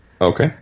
Okay